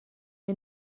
neu